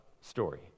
story